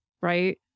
right